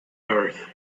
earth